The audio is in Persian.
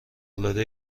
العاده